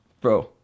bro